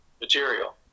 material